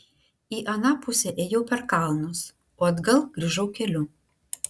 į aną pusę ėjau per kalnus o atgal grįžau keliu